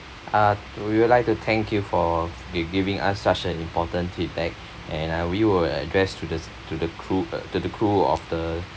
uh we would like to thank you for giving us such an important feedback and I we will address to the to the crew uh to the crew of the